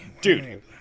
Dude